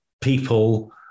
people